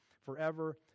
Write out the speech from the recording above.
forever